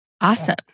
Awesome